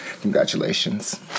congratulations